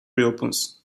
reopens